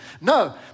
No